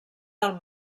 del